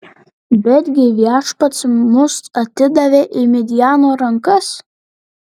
betgi viešpats mus atidavė į midjano rankas